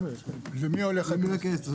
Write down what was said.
לאן הכסף הזה ילך?